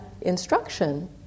instruction